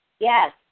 Yes